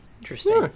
Interesting